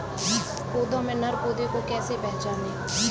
पौधों में नर पौधे को कैसे पहचानें?